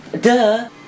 Duh